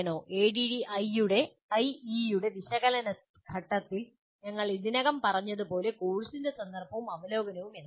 ADDIE യുടെ വിശകലന ഘട്ടത്തിൽ ഞങ്ങൾ ഇതിനകം പറഞ്ഞതുപോലെ കോഴ്സിന്റെ സന്ദർഭവും അവലോകനവും എന്താണ്